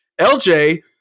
LJ